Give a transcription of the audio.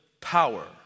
power